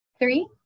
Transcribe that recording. Three